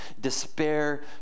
despair